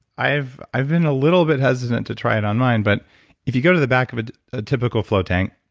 i've i've been a little bit hesitant to try it online but if you go to the back of ah a typical float tank,